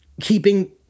keeping